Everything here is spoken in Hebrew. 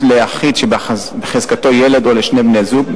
ליחיד שבחזקתו ילד או לשני בני-זוג,